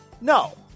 no